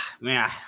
man